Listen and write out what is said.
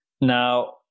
Now